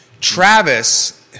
Travis